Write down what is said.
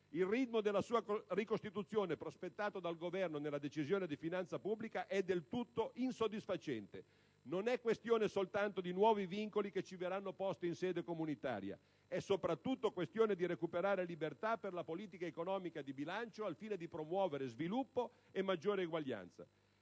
Il ritmo della sua ricostituzione prospettato dal Governo nella Decisione di finanza pubblica è del tutto insoddisfacente: non solo per i nuovi vincoli che ci verranno posti in sede comunitaria, ma anche e soprattutto perché bisogna recuperare libertà per la politica economica e di bilancio, al fine di promuovere sviluppo e maggiore eguaglianza.